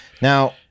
Now